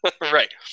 Right